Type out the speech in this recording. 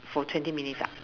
for twenty minutes ah